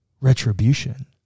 retribution